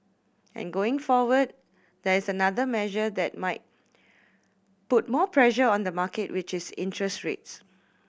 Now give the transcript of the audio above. and going forward there is another measure that might put more pressure on the market which is interest rates